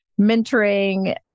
mentoring